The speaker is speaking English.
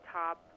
top